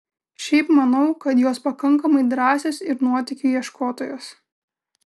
šiaip manau kad jos pakankamai drąsios ir nuotykių ieškotojos